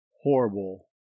horrible